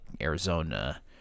Arizona –